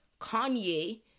Kanye